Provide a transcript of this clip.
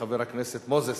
חבר הכנסת מוזס,